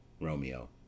Romeo